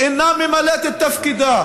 שאינה ממלאת את תפקידה.